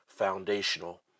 foundational